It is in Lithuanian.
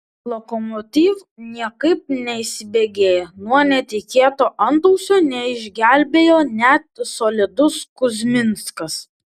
lokomotiv niekaip neįsibėgėja nuo netikėto antausio neišgelbėjo net solidus kuzminskas